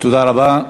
תודה רבה.